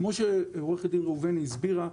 כמו שעורכת הדין ראובני הסבירה,